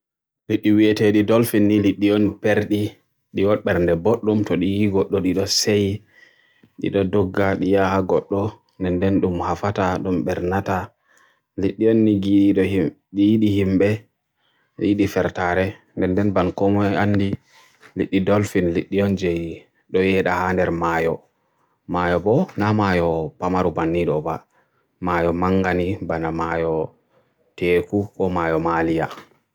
Gafaleji ko kayaaji ɗi un watoto to un lototo nder wurngo ko wendu. Min ni nde na mi lotowo e wongo ba mi annda ɗi, Amma ni mi anndi ɗun natata e kayaki teddun. Dun ɓuri yikki ɗun nata ge gafaleji e sarla famare.